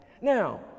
Now